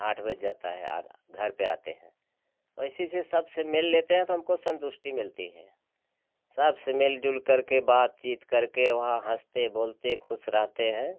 आठ बज जाता है आना घर पे आते हैं वैसे से सब से मिल लेते हैं तो हमको संतुष्टि मिलती हैं सबसे मिल जुल करके बातचीत करके वहाँ हँसते बोलते खुश रहते हैं